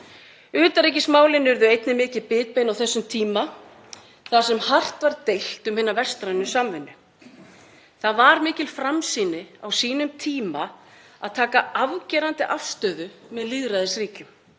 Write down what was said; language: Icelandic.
urðu einnig mikið bitbein á þessum tíma þar sem hart var deilt um hina vestrænu samvinnu. Það var mikil framsýni á sínum tíma að taka afgerandi afstöðu með lýðræðisríkjum,